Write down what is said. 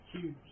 Huge